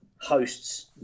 hosts